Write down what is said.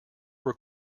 were